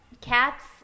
cats